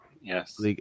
Yes